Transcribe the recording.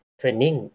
training